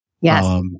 Yes